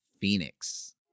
Phoenix